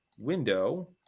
Window